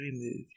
removed